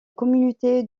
communauté